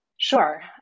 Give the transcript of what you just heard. Sure